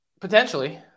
Potentially